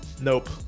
Nope